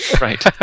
right